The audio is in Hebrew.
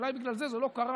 ואולי בגלל זה זה לא קרה,